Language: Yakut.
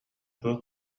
туох